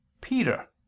Peter